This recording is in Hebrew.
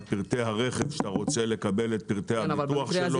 את פרטי הרכב שאתה רוצה לקבל את פרטי הביטוח שלו,